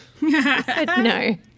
No